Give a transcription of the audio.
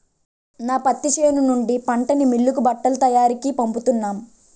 నా పత్తి చేను నుండి పంటని మిల్లుకి బట్టల తయారికీ పంపుతున్నాం